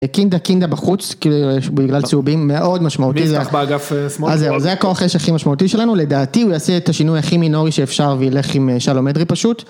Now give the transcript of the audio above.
קינדה, קינדה בחוץ, בגלל צהובים, מאוד משמעותי. מזרח באגף שמאל. אז זה הכוח אש הכי משמעותי שלנו, לדעתי הוא יעשה את השינוי הכי מינורי שאפשר וילך עם שלום אדרי פשוט.